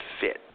fit